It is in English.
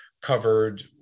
covered